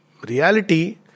reality